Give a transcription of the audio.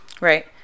Right